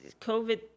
COVID